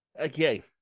Okay